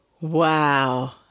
Wow